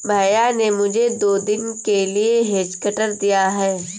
भैया ने मुझे दो दिन के लिए हेज कटर दिया है